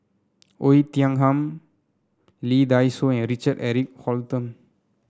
Oei Tiong Ham Lee Dai Soh and Richard Eric Holttum